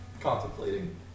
Contemplating